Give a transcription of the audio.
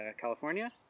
california